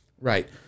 right